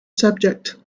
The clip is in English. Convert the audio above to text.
subject